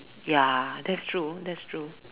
ya that's true that's true